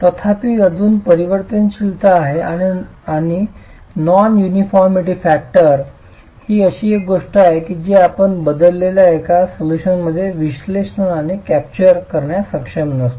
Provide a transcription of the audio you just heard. तथापि अजूनही परिवर्तनशीलता आहे आणि नॉन युनिफॉर्मिटी फॅक्टर ही अशी एक गोष्ट आहे जी आपण बदललेल्या एका सोल्यूशनमध्ये विश्लेषणाने कॅप्चर करण्यास सक्षम नसतो